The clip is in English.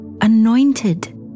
Anointed